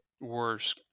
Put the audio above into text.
worse